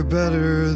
better